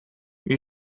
wie